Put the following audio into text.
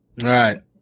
right